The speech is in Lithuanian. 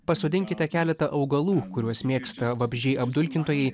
pasodinkite keletą augalų kuriuos mėgsta vabzdžiai apdulkintojai